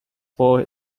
for